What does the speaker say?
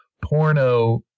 porno